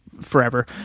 forever